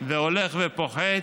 והולך ופוחת.